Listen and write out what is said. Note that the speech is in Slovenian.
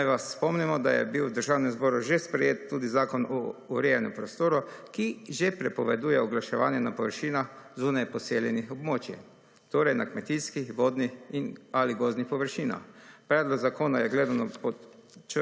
Naj vas spomnimo, da je bil v Državnem zboru že sprejet tudi Zakon o urejanju prostora, ki že prepoveduje oglaševanje na površinah zunaj poseljenih območij, torej na kmetijskih, vodnih ali gozdnih površinah. Predlog zakona je gledano pod